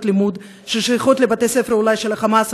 לימוד ששייכות אולי לבתי-הספר של ה"חמאס",